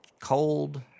cold